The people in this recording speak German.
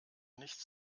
nicht